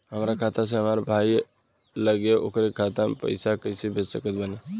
हमार खाता से हमार भाई लगे ओकर खाता मे पईसा कईसे भेज सकत बानी?